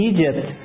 Egypt